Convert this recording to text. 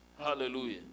Hallelujah